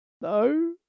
no